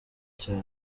cya